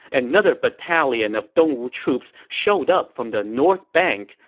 and another battalion of dongwu troops showed up from the north bank,